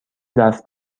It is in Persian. دست